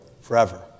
forever